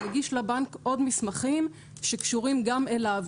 מגיש לבנק עוד מסמכים שקשורים גם אליו,